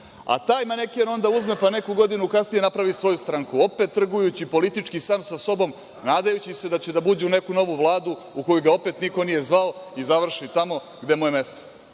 a taj maneken onda uzme pa neku godinu kasnije napravi svoju stranku, opet trgujući politički sam sa sobom nadajući se da će da uđe u neku novu Vladu, u koju ga opet niko nije zvao i završi tamo gde mu je